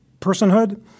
personhood